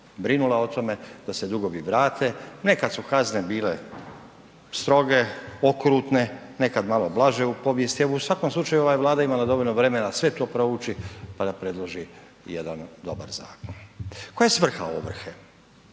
brinula o tome da se drugovi vrate. Nekad su kazne bile stroge, okrutne, nekad malo blaže u povijesti, evo u svakom slučaju ova je Vlada imala dovoljno vremena da sve to prouči pa da predloži jedan dobar zakon. Koja je svrha ovrhe?